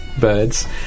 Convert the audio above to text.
birds